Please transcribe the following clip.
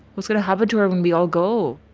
what's going to happen to her when we all go?